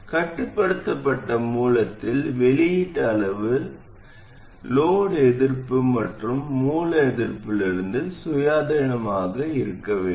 கட்டுப்படுத்தப்பட்ட மூலத்தில் வெளியீட்டு அளவு சுமை எதிர்ப்பு மற்றும் மூல எதிர்ப்பிலிருந்து சுயாதீனமாக இருக்க வேண்டும்